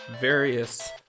various